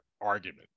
argument